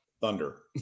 Thunder